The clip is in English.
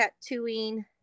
tattooing